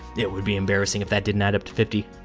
it would be embarrassing if that didn't add up to fifty.